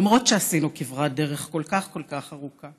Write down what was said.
למרות שעשינו כברת כל כך כל כך ארוכה.